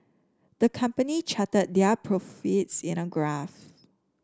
the company charted their profits in a graph